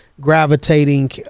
gravitating